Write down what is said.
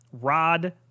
rod